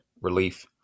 relief